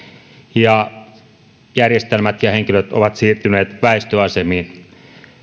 ja järjestelmät ja henkilöt ovat siirtyneet väistöasemiin